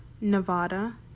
Nevada